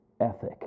ethic